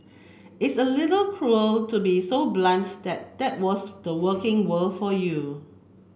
it's a little cruel to be so blunt that that was the working world for you